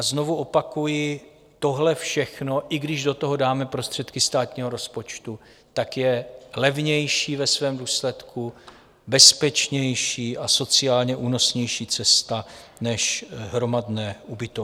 Znovu opakuji, tohle všechno, i když do toho dáme prostředky státního rozpočtu, je levnější, ve svém důsledku bezpečnější a sociálně únosnější cestou než hromadné ubytovny.